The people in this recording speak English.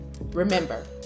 Remember